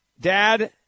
Dad